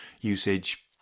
usage